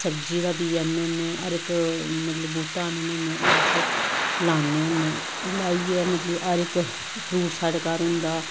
सब्जी दा बीऽ आह्नने होन्ने हर इक मतलब बूहटा आह्नने होन्ने ओह् अस लान्ने होन्ने लाइयै मतलब कि हर इक फ्रूट साढ़े घर औंदा